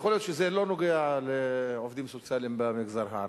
יכול להיות שזה לא נוגע לעובדים סוציאליים במגזר הערבי,